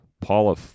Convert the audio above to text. paula